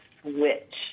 switch